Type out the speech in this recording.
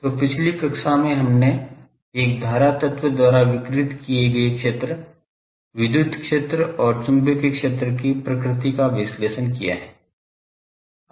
तो पिछली कक्षा में हमने एक धारा तत्व द्वारा विकिरित किए गए क्षेत्र विद्युत क्षेत्र और चुंबकीय क्षेत्र की प्रकृति का विश्लेषण किया है